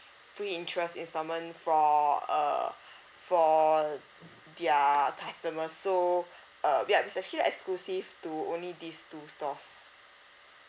free interest installment for err for their customer so err yup it's actually exclusive to only these two stores